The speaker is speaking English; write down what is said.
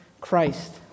Christ